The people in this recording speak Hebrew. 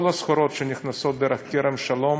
כל הסחורות שנכנסות דרך כרם שלום,